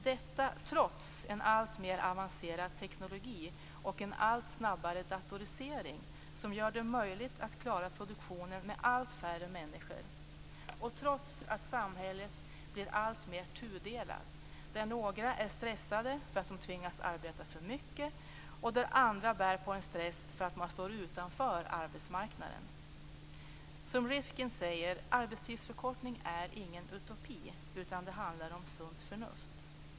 Detta trots en alltmer avancerad teknologi och en allt snabbare datorisering som gör det möjligt att klara produktionen med allt färre människor och trots att samhället blir alltmer tudelat, där några är stressade därför att de tvingas arbeta för mycket medan andra bär på en stress därför att de står utanför arbetsmarknaden. Som Rifkin säger är "arbetstidsförkortning ingen utopi utan det handlar om sunt förnuft".